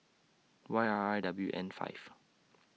Y R I W N five